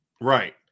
Right